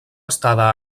estada